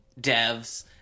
devs